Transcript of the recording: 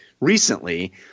recently